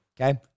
okay